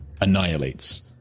annihilates